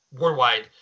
worldwide